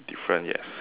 different yes